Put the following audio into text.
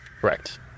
Correct